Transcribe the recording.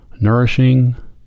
nourishing